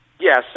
Yes